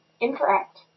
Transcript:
incorrect